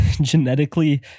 genetically